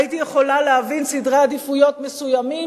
הייתי יכולה להבין סדרי עדיפויות מסוימים